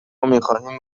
میخواهیم